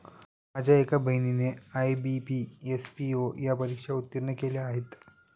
माझ्या एका बहिणीने आय.बी.पी, एस.पी.ओ या परीक्षा उत्तीर्ण केल्या आहेत